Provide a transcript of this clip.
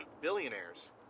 billionaires